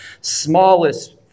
smallest